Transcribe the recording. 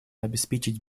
обеспечить